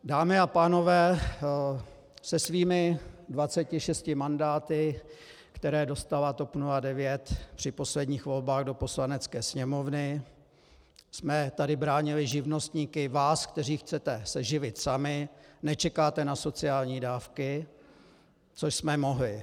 Dámy a pánové, se svými 26 mandáty, které dostala TOP 09 při posledních volbách do Poslanecké sněmovny, jsme tady bránili živnostníky, vás, kteří se chcete živit sami, nečekáte na sociální dávky, co jsme mohli.